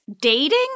dating